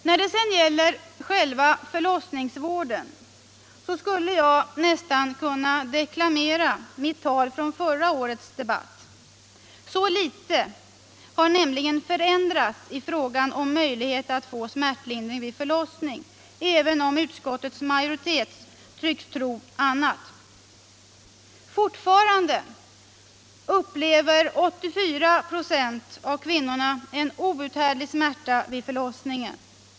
När det sedan gäller själva förlossningsvården, så skulle jag nästan kunna deklamera mitt tal från förra årets debatt. Så litet har nämligen förändrats i fråga om möjligheterna att få smärtlindring vid förlossning, även om utskottets majoritet tycks tro något annat. Fortfarande upplever 84 96 av kvinnorna en outhärdlig smärta vid förlossningen.